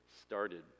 started